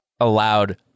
allowed